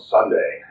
Sunday